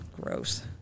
gross